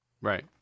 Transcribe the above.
right